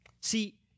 See